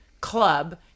club